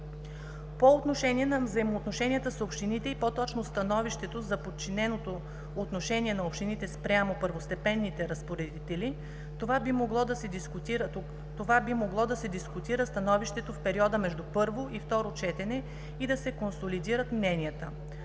По отношение взаимоотношенията с общините и по-точно становището за подчиненото отношение на общините спрямо първостепенните разпоредители – това би могло да се дискутира, становището в периода между първо и второ четене и да се консолидират мненията.